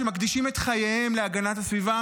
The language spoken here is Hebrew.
שמקדישים את חייהם להגנת הסביבה,